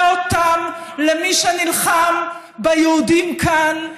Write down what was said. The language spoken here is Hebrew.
ומשווה אותם למי שנלחם ביהודים כאן,